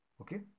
okay